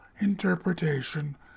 interpretation